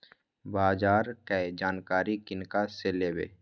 बाजार कै जानकारी किनका से लेवे?